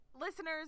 listeners